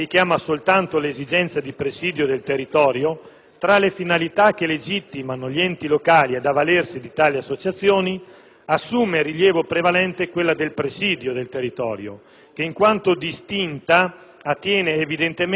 tra le finalità che legittimano gli enti locali ad avvalersi di tali associazioni assume rilievo prevalente quella del presidio del territorio che, in quanto distinta, attiene evidentemente alla gestione dell'ordine e della sicurezza pubblica.